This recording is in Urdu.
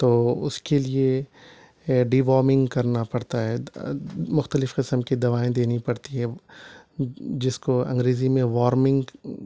تو اس کے لیے ڈی وومنگ کرنا پڑتا ہے مختلف قسم کی دوائیں دینی پڑتی ہے جس کو انگریزی میں وارمنگ